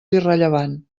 irrellevant